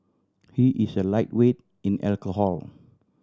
he is a lightweight in alcohol